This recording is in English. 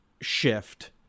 shift